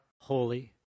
holy